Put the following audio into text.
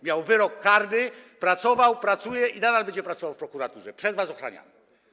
Miał wyrok karny, pracował, pracuje i nadal będzie pracował w prokuraturze, przez was ochraniany.